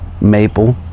Maple